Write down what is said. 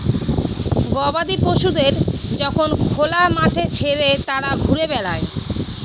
গবাদি পশুদের যখন খোলা মাঠে ছেড়ে তারা ঘুরে বেড়ায়